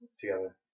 together